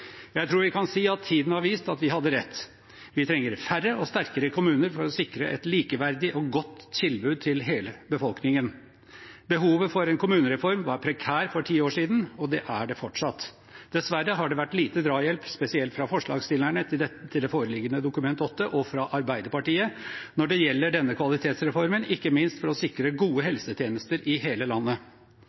Jeg tror vi kan si at tiden har vist at vi hadde rett. Vi trenger færre og sterkere kommuner for å sikre et likeverdig og godt tilbud til hele befolkningen. Behovet for en kommunereform var prekært for ti år siden, og det er det fortsatt. Dessverre har det vært lite drahjelp spesielt fra forslagsstillerne til det foreliggende Dokument 8-forslaget – og fra Arbeiderpartiet – når det gjelder denne kvalitetsreformen, ikke minst for å sikre gode helsetjenester i hele landet.